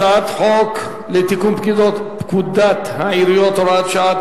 הצעת חוק לתיקון פקודת העיריות (הוראת שעה),